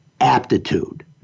aptitude